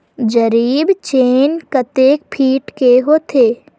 जरीब चेन कतेक फीट के होथे?